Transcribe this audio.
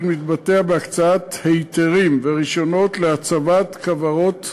מתבטא בהקצאת היתרים ורישיונות להצבת כוורות